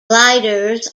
gliders